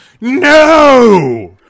No